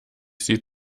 sie